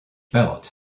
ballot